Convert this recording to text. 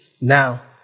Now